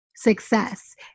success